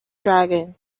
dragon